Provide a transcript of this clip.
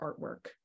artwork